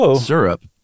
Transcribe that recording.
syrup